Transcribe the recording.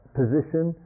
position